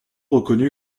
reconnu